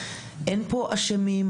אין פה אשמים,